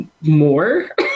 more